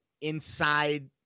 inside